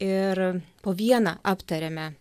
ir po vieną aptariame